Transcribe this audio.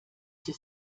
sie